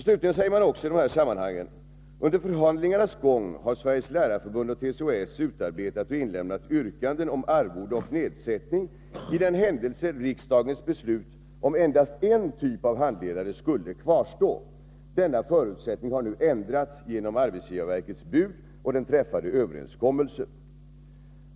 Slutligen sägs också i det här sammanhanget: Under förhandlingarnas gång har Sveriges lärarförbund och TCO-S utarbetat och inlämnat yrkanden om arvode och nedsättning, i den händelse riksdagens beslut om endast en typ av handledare skulle kvarstå. Denna förutsättning har nu ändrats genom arbetsgivarverkets bud och den träffade överenskommelsen.